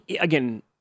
again